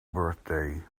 birthday